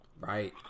Right